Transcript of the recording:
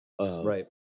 Right